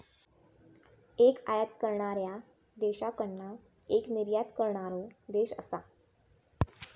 एक आयात करणाऱ्या देशाकडना एक निर्यात करणारो देश असा